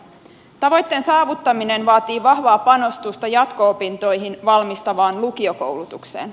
tavoitteen saavuttaminen vaatii vahvaa panostusta jatko opintoihin valmistavaan lukiokoulutukseen